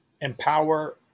empower